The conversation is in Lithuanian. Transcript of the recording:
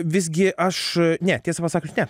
visgi aš ne tiesą pasakius ne